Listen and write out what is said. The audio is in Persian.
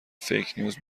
فیکنیوز